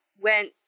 went